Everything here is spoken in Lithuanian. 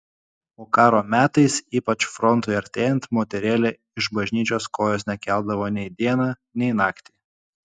o karo metais ypač frontui artėjant moterėlė iš bažnyčios kojos nekeldavo nei dieną nei naktį